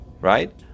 Right